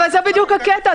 זה בדיוק הקטע.